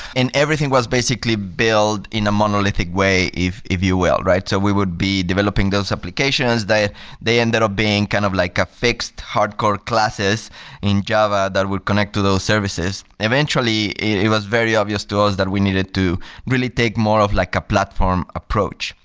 and everything was basically build in a monolithic way, if if you will. so we would be developing those applications. they they ended up being kind of like a fixed hardcore classes in java that would connect to those services. eventually, it was very obvious to us that we needed to really take more of like a platform approach.